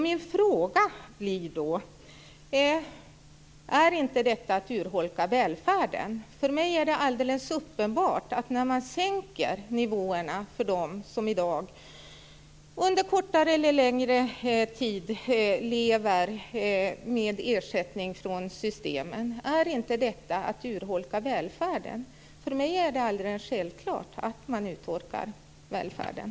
Min fråga blir då: Är inte detta att urholka välfärden? När man sänker nivåerna för dem som i dag under kortare eller längre tid lever med ersättning från systemen, är inte detta att urholka välfärden? För mig är det helt självklart att man urholkar välfärden.